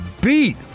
beat